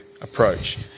approach